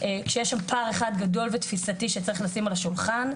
כשיש שם פער אחד גדול ותפיסתי שצריך לשים על השולחן.